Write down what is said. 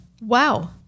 Wow